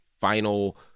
final